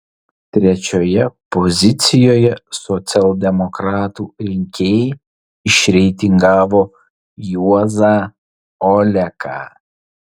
trečioje pozicijoje socialdemokratų rinkėjai išreitingavo juozą oleką